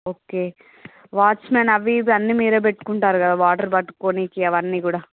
okay watchman అవి ఇవి అన్ని మీరే పెట్టుకుంటారు కదా వాటర్ పట్టుకోనికి అవన్నీ కూడా